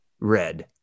red